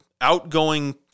Outgoing